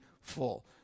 full